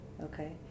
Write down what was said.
Okay